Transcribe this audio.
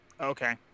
Okay